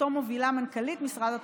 שאותו מובילה מנכ"לית משרד התחבורה,